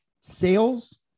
sales